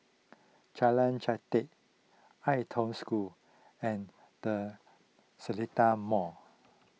Jalan Jati Ai Tong School and the Seletar Mall